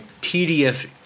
tedious